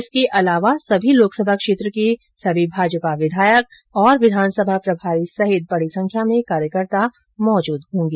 इसके अलावा सभी लोकसभा क्षेत्र के सभी भाजपा विधायक विधानसभा प्रभारी सहित बडी संख्या में कार्यकर्ता मौजूद रहेंगे